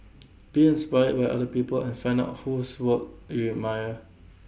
be inspired by other people and find out whose work you admire